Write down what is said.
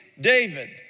David